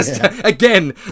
Again